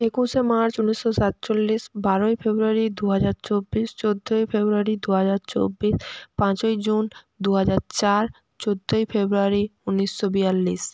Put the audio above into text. একুশে মার্চ উনিশশো সাতচল্লিশ বারোই ফেব্রুয়ারি দু হাজার চব্বিশ চোদ্দোই ফেব্রুয়ারি দু হাজার চব্বিশ পাঁচই জুন দু হাজার চার চোদ্দোই ফেব্রুয়ারি উনিশশো বিয়াল্লিশ